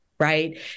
right